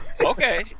Okay